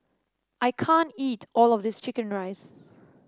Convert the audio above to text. I can't eat all of this chicken rice